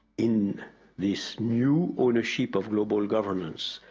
in this new ownership of global governments,